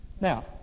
Now